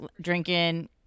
drinking